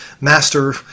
master